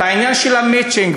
העניין של המצ'ינג,